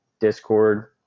discord